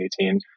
2018